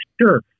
Sure